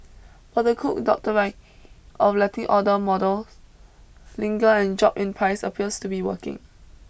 but the Cook Doctrine of letting older model linger and drop in price appears to be working